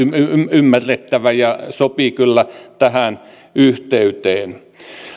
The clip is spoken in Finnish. ymmärrettävä ja sopii kyllä tähän yhteyteen